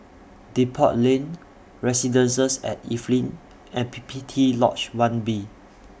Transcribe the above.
Depot Lane Residences At Evelyn and P P T Lodge one B